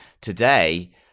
Today